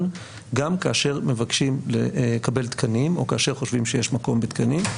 גם כאשר מבקשים לקבל תקנים או כאשר חושבים שיש מקום בתקנים.